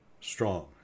strong